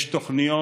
יש תוכניות.